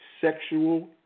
sexual